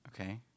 Okay